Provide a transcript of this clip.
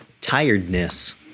Tiredness